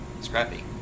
scrappy